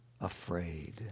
afraid